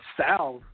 South